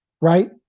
right